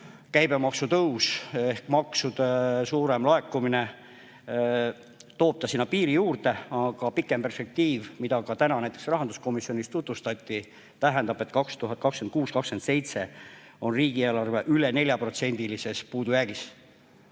käibemaksu tõus ehk maksude suurem laekumine toob ta sinna piiri juurde, aga pikem perspektiiv, mida ka täna näiteks rahanduskomisjonis tutvustati, tähendab, et 2026–2027 on riigieelarve üle 4%‑lises puudujäägis.